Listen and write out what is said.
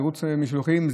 מרוץ שליחים,